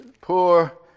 poor